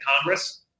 Congress